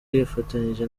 yifatanyije